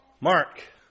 Mark